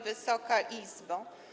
Wysoka Izbo!